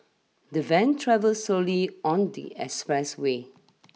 the van travel slowly on the expressway